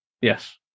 Yes